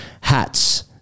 hats